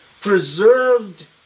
preserved